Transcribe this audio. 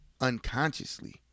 unconsciously